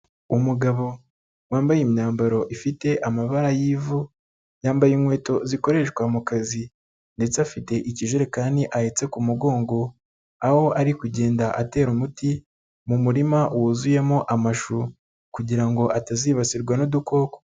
Umugabo wambaye imyambaro ifite amabara y'ivu, yambaye inkweto zikoreshwa mu kazi ndetse afite ikijerekani ahetse ku mugongo, aho ari kugenda atera umuti, mu murima wuzuyemo amashu kugira ngo atazibasirwa n'udukoko.